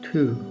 Two